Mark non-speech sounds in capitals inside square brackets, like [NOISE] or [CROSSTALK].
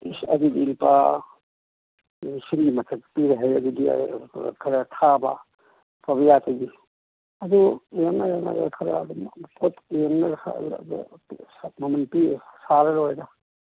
ꯏꯁ ꯑꯗꯨꯗꯤ ꯂꯨꯄꯥ ꯂꯤꯁꯤꯡꯒꯤ ꯃꯊꯛꯇ ꯄꯤꯔꯦ ꯍꯥꯏꯔꯦ ꯑꯗꯨꯗꯤ ꯈꯔ ꯊꯥꯕ ꯑꯐꯕ ꯌꯥꯠꯇꯨꯗꯤ ꯑꯗꯨ ꯌꯦꯡꯉ ꯌꯦꯡꯉꯒ ꯈꯔ ꯑꯗꯨꯝ ꯄꯣꯠ ꯌꯦꯡꯉꯒ [UNINTELLIGIBLE] ꯃꯃꯜ ꯄꯤꯔ ꯁꯥꯔ ꯂꯣꯏꯔꯦꯗ